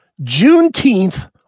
Juneteenth